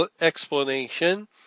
explanation